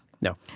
No